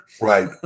Right